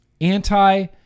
Anti